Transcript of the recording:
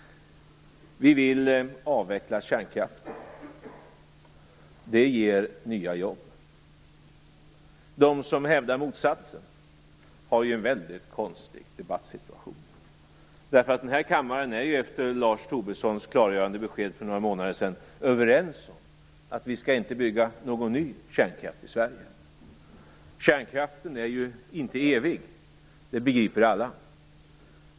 Vi vill avveckla kärnkraften. Det ger nya jobb. De som hävdar motsatsen befinner sig i en väldigt konstig debattsituation. Den här kammaren är ju efter Lars Tobissons klargörande besked för några månader sedan överens om att det inte skall byggas någon ny kärnkraft i Sverige. Kärnkraften är inte evig, det begriper alla.